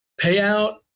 payout